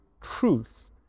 truth